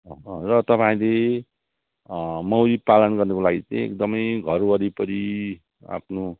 र तपाईँहरूले मौरी पालन गर्नुको लागि चाहिँ एकदमै घर वरिपरि आफ्नो